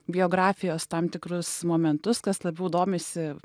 biografijos tam tikrus momentus kas labiau domisi